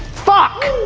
fuck!